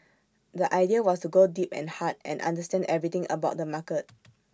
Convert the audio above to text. the idea was to go deep and hard and understand everything about the market